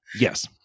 yes